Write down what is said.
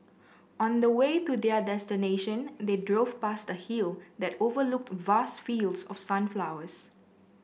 on the way to their destination they drove past the hill that overlooked vast fields of sunflowers